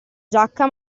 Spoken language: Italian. giacca